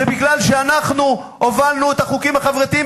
זה בגלל שאנחנו הובלנו את החוקים החברתיים,